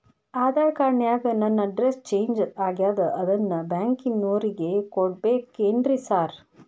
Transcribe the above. Aadhaar card ನ್ಯಾಗ ನನ್ address change ಆಗ್ಯಾದ ಅದನ್ನ ಬ್ಯಾಂಕಿನೊರಿಗೆ ಕೊಡ್ಬೇಕೇನ್ರಿ ಸಾರ್?